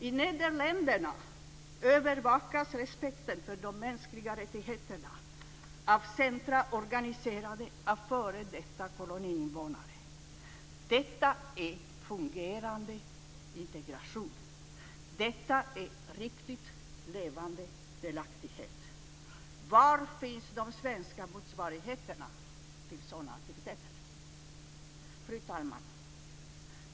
I Nederländerna övervakas respekten för de mänskliga rättigheterna av centrum organiserade av f.d. koloniinvånare. Detta är fungerande integration. Detta är riktigt levande delaktighet. Var finns de svenska motsvarigheterna till sådana aktiviteter? Fru talman!